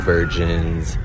Virgins